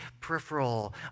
peripheral